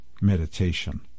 meditation